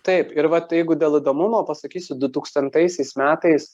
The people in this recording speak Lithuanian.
taip ir vat jeigu dėl įdomumo pasakysiu du tūkstantaisiais metais